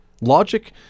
Logic